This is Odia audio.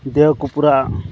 ଦେହକୁ ପୁରା